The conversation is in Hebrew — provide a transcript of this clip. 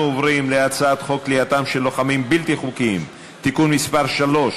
אנחנו עוברים להצעת חוק כליאתם של לוחמים בלתי חוקיים (תיקון מס' 3),